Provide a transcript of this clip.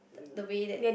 the way that